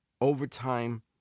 overtime